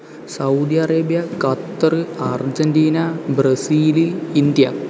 Saudi Arabia Qatar Argentina Brazil India